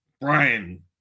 Brian